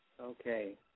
Okay